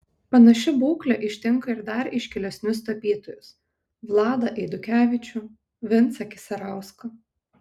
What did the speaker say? panaši būklė ištinka ir dar iškilesnius tapytojus vladą eidukevičių vincą kisarauską